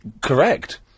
Correct